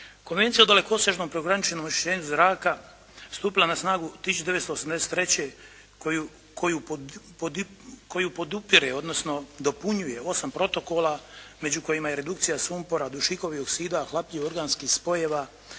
Konvencija o dalekosežnom prekograničnom onečišćenju zraka stupila je na snagu 1983. koju podupire odnosno dopunjuje osam protokola među kojima je i redukcija sumpora, dušikovih oksida, hlapljivih organskih spojeva,